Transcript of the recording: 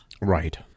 Right